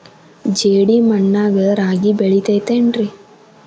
ಜೇಡಿ ಮಣ್ಣಾಗ ರಾಗಿ ಬೆಳಿತೈತೇನ್ರಿ?